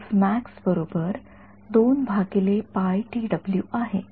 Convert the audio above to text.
तर हे आहे